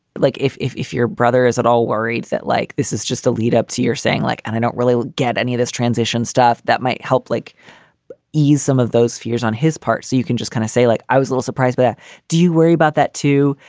like if if if your brother is at all worried that like this is just a lead up to your saying, like, and i don't really get any of this transition stuff that might help like ease some of those fears on his part. so you can just kind of say, like, i was a little surprised. but do you worry about that, too?